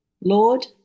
Lord